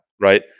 right